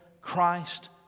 Christ